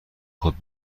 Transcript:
خود